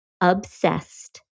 obsessed